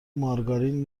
مارگارین